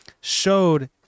showed